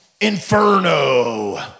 Inferno